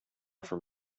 from